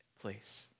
place